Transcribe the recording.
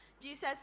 Jesus